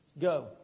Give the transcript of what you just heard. Go